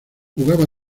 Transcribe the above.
jugaba